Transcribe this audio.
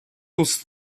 was